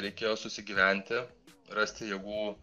reikėjo susigyventi rasti jėgų